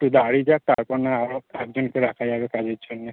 তো বাড়ি যাক তারপর না হয় আবার একজনকে রাখা যাবে কাজের জন্যে